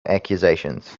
accusations